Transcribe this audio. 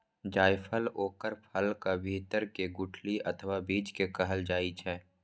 जायफल ओकर फलक भीतर के गुठली अथवा बीज कें कहल जाइ छै